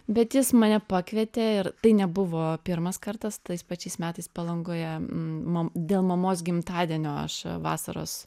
bet jis mane pakvietė ir tai nebuvo pirmas kartas tais pačiais metais palangoje m mam dėl mamos gimtadienio aš vasaros